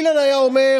אילן היה אומר: